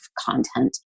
content